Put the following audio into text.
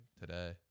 Today